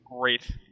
Great